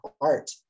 art